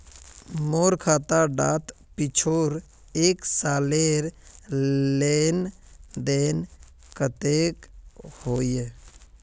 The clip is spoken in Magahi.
मोर खाता डात पिछुर एक सालेर लेन देन कतेक होइए?